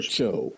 Show